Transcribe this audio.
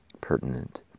pertinent